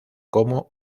como